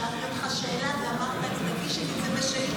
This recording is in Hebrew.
ששאלתי אותך שאלה ואמרת לי: תגישי לי את זה בשאילתה.